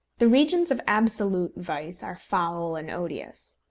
the regions of absolute vice are foul and odious.